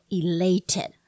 elated